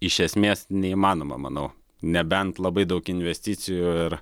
iš esmės neįmanoma manau nebent labai daug investicijų ir